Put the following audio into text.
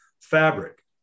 fabric